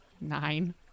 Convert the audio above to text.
Nine